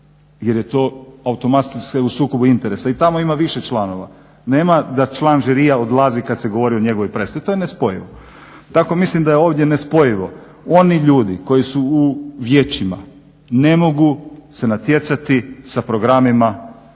jer je to automatski ste u sukobu interes. I tamo ima više članova, nema da član žirija odlazi kad se govori o njegovoj …, to je nespojivo. Tako mislim da je ovdje nespojivo, oni ljudi koji su u vijećima ne mogu se natjecati sa programima, znači ili ne